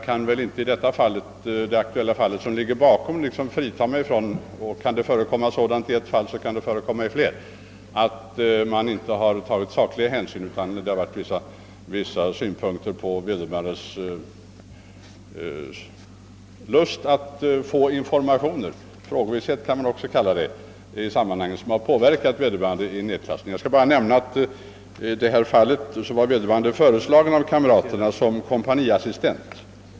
I här aktuellt fall kan jag inte frita mig från misstanken att man inte tagit sakliga hänsyn, utan att vederbörandes lust att erhålla informationer — frågvishet kan det också kallas — har påverkat nedklassningen. Och detsamma kan förekomma i flera fall. Jag vill också nämna att i det fall jag här har talat om var vederbörande av kamraterna föreslagen som kompaniassistent.